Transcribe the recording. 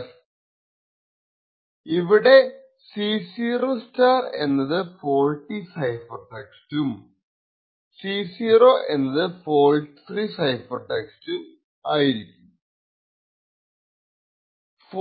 f ഇവിടെ C0 എന്നത് faulty cipher text ബൈറ്റും C0 എന്നത് ഫോൾട്ട് ഫ്രീ സൈഫർ ടെക്സ്റ്റ് ബൈറ്റും ആണ്